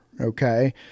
okay